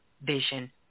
vision